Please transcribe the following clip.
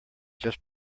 just